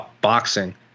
boxing